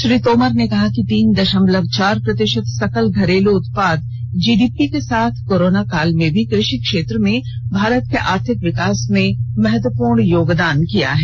श्री तोमर ने कहा कि तीन दशमलव चार प्रतिशत सकल घरेलू उत्पाद जी डी पी के साथ कोरोना काल में भी कृषि क्षेत्र ने भारत के आर्थिक विकास में महत्वपूर्ण योगदान किया है